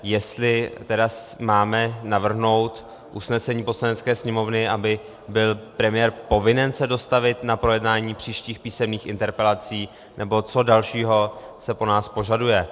Jestli tedy máme navrhnout usnesení Poslanecké sněmovny, aby byl premiér povinen se dostavit na projednání příštích písemných interpelací, nebo co dalšího se po nás požaduje.